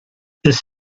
this